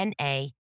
Na